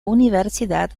universidad